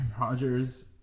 Rodgers